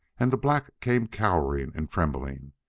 and the black came cowering and trembling.